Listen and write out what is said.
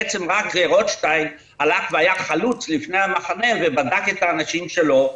בעצם רק פרופ' רוטשטיין היה חלוץ לפני המחנה ובדק את האנשים שלו,